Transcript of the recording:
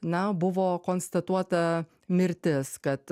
na buvo konstatuota mirtis kad